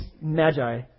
magi